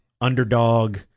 Underdog